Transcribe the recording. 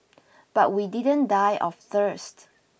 but we didn't die of thirst